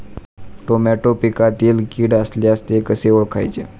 Tomato पिकातील कीड असल्यास ते कसे ओळखायचे?